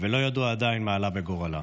ועדיין לא ידוע מה עלה בגורלה.